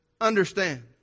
understand